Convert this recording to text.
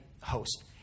host